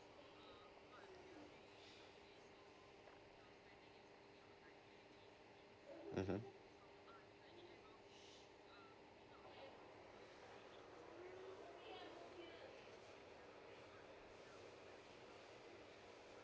mmhmm